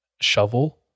shovel